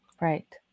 Right